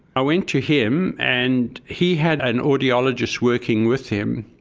i went to him, and he had an audiologist working with him,